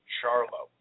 Charlo